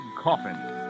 Coffin